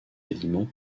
aliments